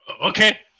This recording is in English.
Okay